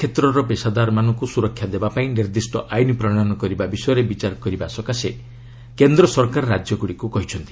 କ୍ଷେତ୍ରର ପେଶାଦାରମାନଙ୍କୁ ସୁରକ୍ଷା ଦେବା ପାଇଁ ନିର୍ଦ୍ଦିଷ୍ଟ ଆଇନ୍ ପ୍ରଶୟନ କରିବା ବିଷୟରେ ବିଚାର କରିବା ସକାଶେ କେନ୍ଦ୍ର ସରକାର ରାଜ୍ୟଗୁଡ଼ିକୁ କହିଛନ୍ତି